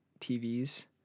TVs